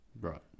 Right